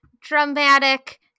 dramatic